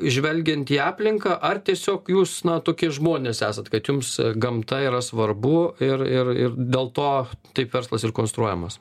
žvelgiant į aplinką ar tiesiog jūs na tokie žmonės esat kad jums gamta yra svarbu ir ir ir dėl to taip verslas ir konstruojamas